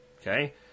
Okay